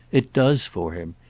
it does for him.